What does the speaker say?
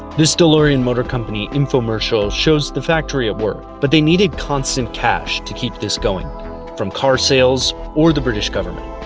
this delorean motor company infomercial shows the factory at work. but they needed constant cash to keep this going from car sales or the british government.